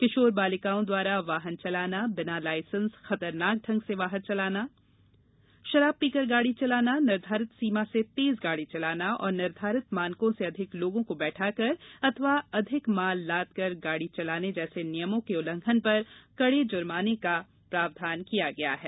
किशोर नाबालिगों द्वारा वाहन चलाना बिना लाइसेंस खतरनाक ढंग से वाहन चलाना शराब पीकर गाड़ी चलाना निर्धारित सीमा से तेज गाड़ी चलाना और निर्धारित मानकों से अधिक लोगों को बैठाकर अथवा अधिक माल लादकर गाडी चलाने जैसे नियमों के उल्लंघन पर कडे जुर्माने का प्रावधान किया गया है